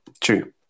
True